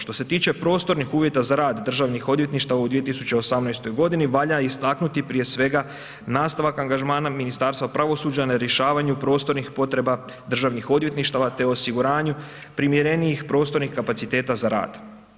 Što se tiče prostornih uvjeta za rad državnih odvjetništava u 2018. godini valja istaknuti prije svega nastavak angažmana Ministarstva pravosuđa na rješavanju prostornih potreba državnih odvjetništava te osiguranju primjerenijih prostornih kapaciteta za rad.